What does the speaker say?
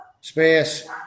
space